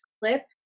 clip